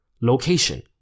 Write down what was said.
location